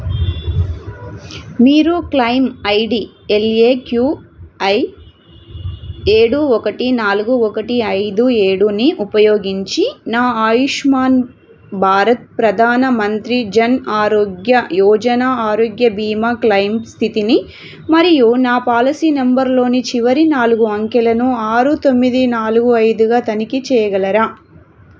మీరు claim ID LAQI ఏడు ఒకటి నాలుగు ఒకటి ఐదు ఏడూని ఉపయోగించి నా ఆయుష్మాన్ భారత్ ప్రధాన మంత్రి జన్ ఆరోగ్య యోజన ఆరోగ్య భీమా క్లయిమ్ స్థితిని మరియు నా పాలసీ నెంబర్లోని చివరి నాలుగు అంకెలను ఆరు తొమ్మిది నాలుగు ఐదుగా తనిఖీ చేయగలరా